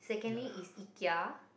secondly is Ikea